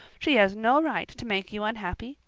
she has no right to make you unhappy,